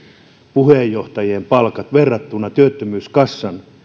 puheenjohtajien palkat verrattuna työttömyyskassan